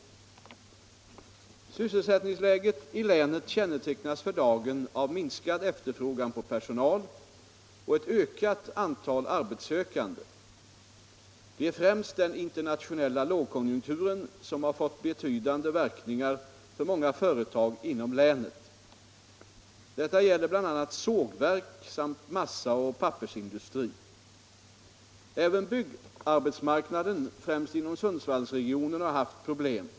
Sysselsättningsläget i länet kännetecknas för dagen av minskad efterfrågan på personal och ett ökat antal arbetssökande. Det är främst den internationella lågkonjunkturen som har fått betydande verkningar för många företag inom länet. Detta gäller bl.a. sågverk samt massa och pappersindustri. Även byggarbetsmarknaden, främst inom Sundsvallsregionen, har haft problem.